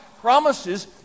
promises